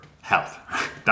health